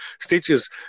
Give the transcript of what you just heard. stitches